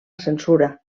censura